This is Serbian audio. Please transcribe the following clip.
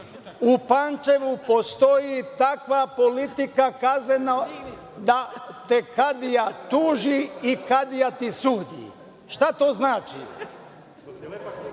U Pančevu postoji takva politika, kaznena, da te kadija tuži i kadija ti sudi. Šta to znači?